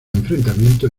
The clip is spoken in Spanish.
enfrentamientos